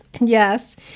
Yes